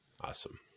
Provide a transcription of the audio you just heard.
Awesome